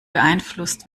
beeinflusst